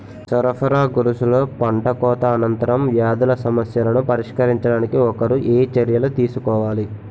సరఫరా గొలుసులో పంటకోత అనంతర వ్యాధుల సమస్యలను పరిష్కరించడానికి ఒకరు ఏ చర్యలు తీసుకోవాలి?